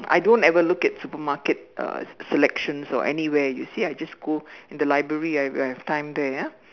I don't ever look at supermarket uh selections or anywhere you see I just go in the library I where I have time there ya